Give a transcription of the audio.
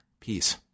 Peace